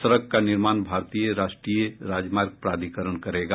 सड़क का निर्माण भारतीय राष्ट्रीय राजमार्ग प्राधिकरण करेगा